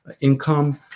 income